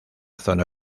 zona